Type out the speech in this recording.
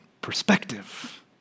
perspective